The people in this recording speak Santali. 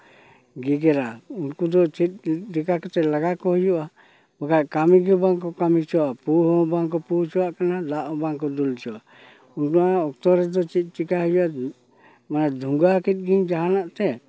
ᱜᱮᱜᱮᱨᱟ ᱩᱱᱠᱩ ᱫᱚ ᱩᱱᱠᱩ ᱫᱚ ᱪᱮᱫ ᱞᱮᱠᱟ ᱠᱟᱛᱮ ᱞᱟᱜᱟ ᱠᱚ ᱦᱩᱭᱩᱜᱼᱟ ᱵᱟᱠᱷᱟᱡ ᱠᱟᱹᱢᱤ ᱜᱮ ᱵᱟᱝᱠᱚ ᱠᱟᱹᱢᱤ ᱦᱚᱪᱚᱣᱟᱜᱼᱟ ᱯᱩᱨᱟᱹ ᱦᱚᱸ ᱵᱟᱝᱠᱚ ᱯᱩᱨᱟᱹ ᱦᱚᱪᱚᱣᱟᱜ ᱠᱟᱱᱟ ᱫᱟᱜ ᱦᱚᱸ ᱵᱟᱝᱠᱚ ᱫᱩᱞ ᱦᱚᱪᱚᱣᱟᱜᱼᱟ ᱚᱱᱟ ᱚᱠᱛᱚ ᱨᱮᱡᱚ ᱪᱮᱫ ᱪᱮᱠᱟᱭ ᱦᱩᱭᱩᱜᱼᱟ ᱡᱮ ᱱᱚᱣᱟ ᱫᱷᱩᱝᱜᱟᱹ ᱠᱮᱫᱜᱤᱧ ᱡᱟᱦᱟᱸᱱᱟᱜ ᱛᱮ